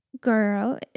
girl